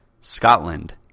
Scotland